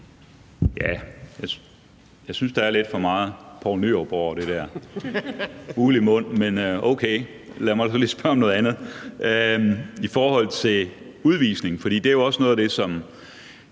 Jeg synes, der er lidt for meget Poul Nyrup over det der, uld i mund, men okay. Lad mig så lige spørge om noget andet. Udvisning er jo også noget af det, jeg